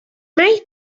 mai